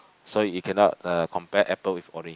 so you cannot uh compare apple with orange